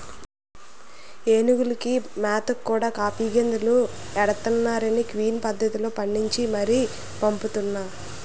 ఏనుగులకి మేతగా కూడా కాఫీ గింజలే ఎడతన్నారనీ క్విన్ పద్దతిలో పండించి మరీ పంపుతున్నా